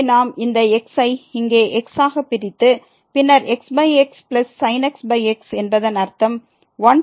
எனவே நாம் இந்த x ஐ இங்கே x ஆக பிரித்து பின்னர் xxsin x x என்பதன் அர்த்தம் 1sin x x எனலாம்